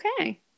okay